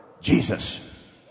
Jesus